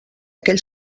aquell